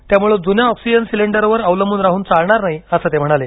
त्यामुळे जुन्या ऑक्सिजन सिलेंडरवर अवलंबून राहून चालणार नाही असं ते म्हणाले